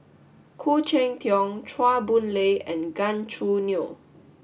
Khoo Cheng Tiong Chua Boon Lay and Gan Choo Neo